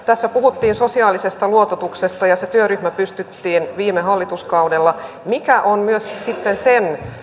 tässä puhuttiin sosiaalisesta luototuksesta ja se työryhmä pystytettiin viime hallituskaudella mikä on myös sitten sen